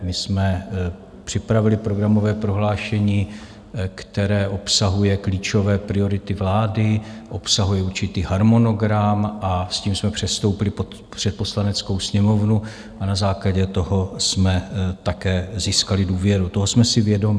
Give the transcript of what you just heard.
My jsme připravili programové prohlášení, které obsahuje klíčové priority vlády, obsahuje určitý harmonogram, a s tím jsme předstoupili před Poslaneckou sněmovnu a na základě toho jsme také získali důvěru, toho jsme si vědomi.